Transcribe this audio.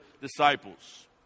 disciples